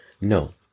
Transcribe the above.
No